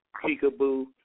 Peekaboo